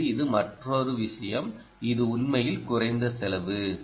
உண்மையில் இது மற்றொரு விஷயம் இது உண்மையில் குறைந்த செலவு